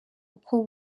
uko